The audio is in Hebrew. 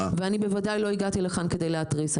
ואני בוודאי לא הגעתי לכאן כדי להתריס,